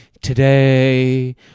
today